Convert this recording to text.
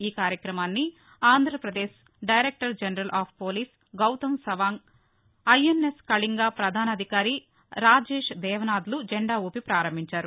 ఈ కార్యక్రమాన్ని Andhra Pradesh director general of police Gautam Sawang INS Kalinga ప్రధానాధికారి రాజేష్ దేవనాథ్లు జెండా ఊపి పారంభించారు